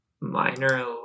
minor